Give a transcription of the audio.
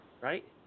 right